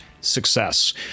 success